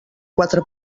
quatre